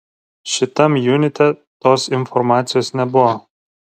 šitam junite tos informacijos nebuvo